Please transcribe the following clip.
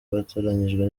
abatoranyijwe